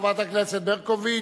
חברת הכנסת ברקוביץ,